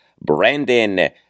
Brandon